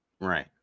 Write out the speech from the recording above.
right